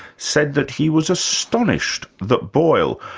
said that he was astonished that boyle,